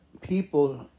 people